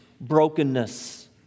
brokenness